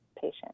patient